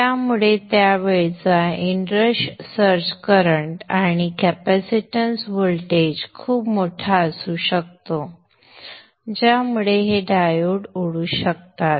त्यामुळे त्यावेळचा inrush surge current आणि कॅपॅसिटन्स व्होल्टेज खूप मोठा असू शकतो ज्यामुळे हे डायोड उडू शकतात